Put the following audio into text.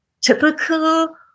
typical